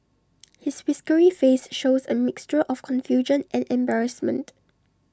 his whiskery face shows A mixture of confusion and embarrassment